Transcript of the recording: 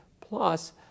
plus